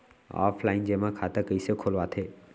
Offline जेमा खाता कइसे खोलवाथे?